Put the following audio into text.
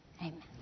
amen